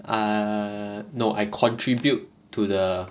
err no I contribute to the